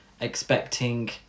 expecting